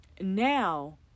Now